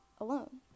alone